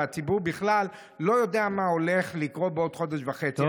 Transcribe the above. והציבור בכלל לא יודע מה הולך לקרות בעוד חודש וחצי.